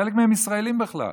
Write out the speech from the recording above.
חלק מהם ישראלים בכלל,